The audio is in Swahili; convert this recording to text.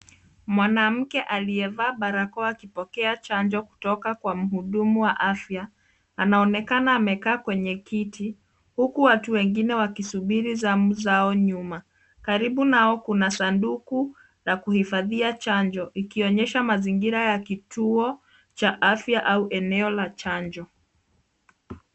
Mwanamke aliye vaa barakoa akipokea chanjo kutoka kwa muhudumu wa afya anaonekana amekaa kwenye kiti huku watu wengine wakisubiri zamu zao nyuma, karibu nao kuna sanduku la kuhifadhia chanjo ikionyesha mazingira ya kituo cha afya au eneo la chanjo.